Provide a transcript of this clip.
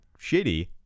shitty